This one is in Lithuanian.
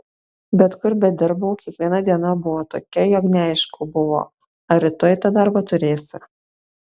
bet kur bedirbau kiekviena diena buvo tokia jog neaišku buvo ar rytoj tą darbą turėsi